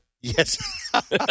yes